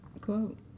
quote